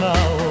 Now